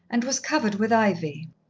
and was covered with ivy.